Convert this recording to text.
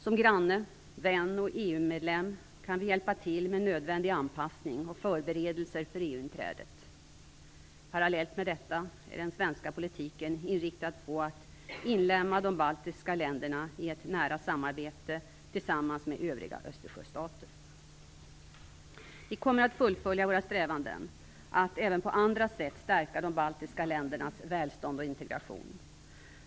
Som granne, vän och EU-medlem kan vi hjälpa till med nödvändig anpassning och förberedelser för EU-inträdet. Parallellt med detta är den svenska politiken inriktad på att inlemma de baltiska länderna i ett nära samarbete tillsammans med övriga Östersjöstater. Vi kommer att fullfölja våra strävanden att även på andra sätt stärka de baltiska ländernas välstånd och integration.